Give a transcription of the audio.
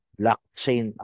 blockchain